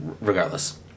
Regardless